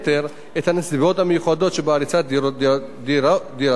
את הנסיבות המיוחדות שבהריסת דירתו של